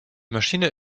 maschine